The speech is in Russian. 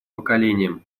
поколением